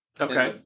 Okay